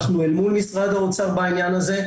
אנחנו אל מול משרד האוצר בעניין הזה,